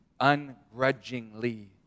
Ungrudgingly